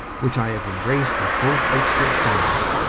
which i have embraced with both outstretched arms.